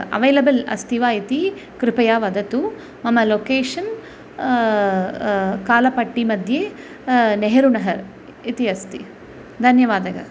available अस्ति वा इति कृपया वदतु मम लोकेशन् कालपट्टिमध्ये नेहरूनगरम् इति अस्ति धन्यवादः